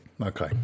Okay